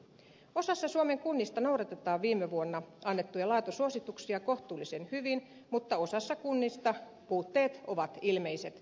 osassa suomen kunnista noudatetaan viime vuonna annettuja laatusuosituksia kohtuullisen hyvin mutta osassa kunnista puutteet ovat ilmeiset